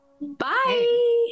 bye